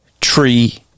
tree